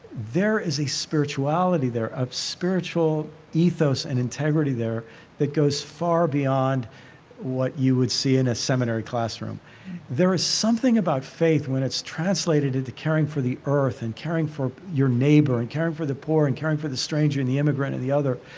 there is a spirituality there of spiritual ethos and integrity there that goes far beyond what you would see in a seminary classroom there is something about faith when it's translated caring for the earth and caring for your neighbor and caring for the poor and caring for the stranger and the immigrant and the other.